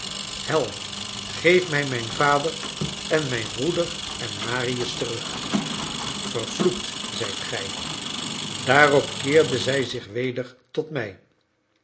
hel geef mij mijn vader en mijn broeder en marius terug vervloekt zijt gij daarop keerde zij zich weder tot mij